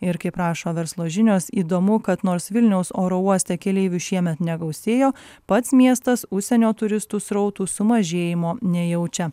ir kaip rašo verslo žinios įdomu kad nors vilniaus oro uoste keleivių šiemet negausėjo pats miestas užsienio turistų srautų sumažėjimo nejaučia